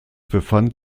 befand